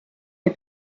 des